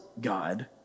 God